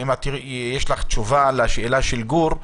אולי יש לך תשובה לשאלה של גור,